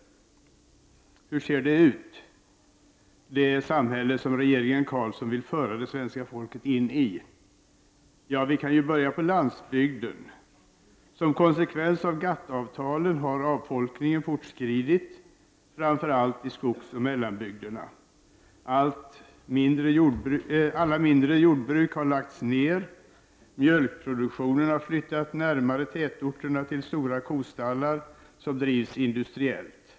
Hur ser då det samhälle ut som regeringen Carlsson vill föra det svenska folket in i? Ja, vi kan ju börja med landsbygden. Som konsekvens av GATT-avtalen har avfolkningen fortskridit framför allt i skogsoch mellanbygderna. Alla mindre jordbruk har lagts ner. Mjölkproduktionen har flyttat närmare tätorterna till stora kostallar, som drivs industriellt.